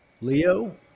Leo